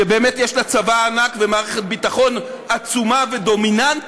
שבאמת יש לה צבא ענק ומערכת ביטחון עצומה ודומיננטית,